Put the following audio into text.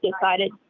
decided